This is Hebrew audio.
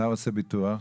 אתה עושה ביטוח.